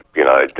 you know,